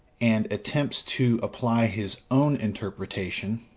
and attempts to apply his own interpretation,